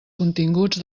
continguts